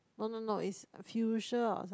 no no no is Fuchsia or some